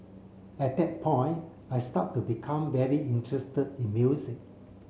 at that point I start to become very interested in music